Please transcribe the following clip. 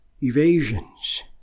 evasions